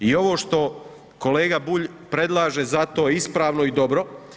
I ovo što kolega Bulj predlaže zato je ispravno i dobro.